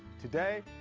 today,